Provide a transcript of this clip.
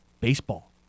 baseball